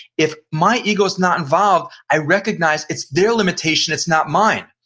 if my ego's not involved i recognize it's their limitation it's not mine.